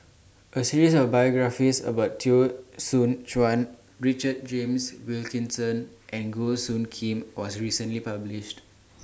A series of biographies about Teo Soon Chuan Richard James Wilkinson and Goh Soo Khim was recently published